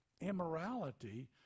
Immorality